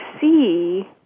see